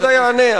אדוני בוודאי יענה.